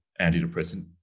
antidepressant